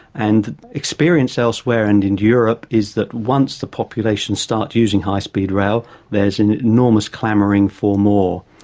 and experience elsewhere and in europe is that once the population starts using high speed rail there is an enormous clamouring for more.